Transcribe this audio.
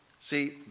see